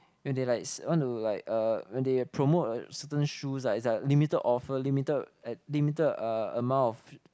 when they like when they promote a certain shoe it's like limited offer limited ed limited uh amount of